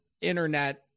internet